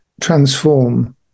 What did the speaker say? transform